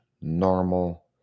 normal